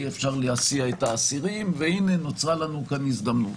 אי אפשר להסיע את האסירים והנה נוצרה לנו כאן הזדמנות.